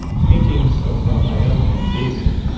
paintings of raphael and david